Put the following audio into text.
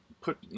put